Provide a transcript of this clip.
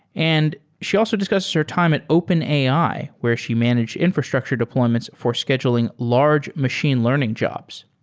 and she also discussed her time at openai, where she managed infrastructure deployments for scheduling large machine learning jobs.